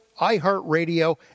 iHeartRadio